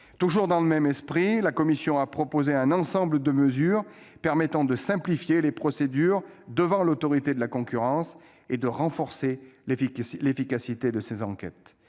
appel. Dans le même esprit, la commission a proposé un ensemble de mesures permettant de simplifier les procédures devant l'Autorité de la concurrence et de renforcer l'efficacité de ses enquêtes.